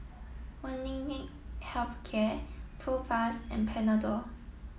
Molnylcke Health Care Propass and Panadol